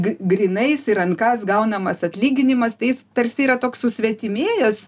grynais į rankas gaunamas atlyginimas tai jis tarsi yra toks susvetimėjęs